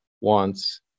wants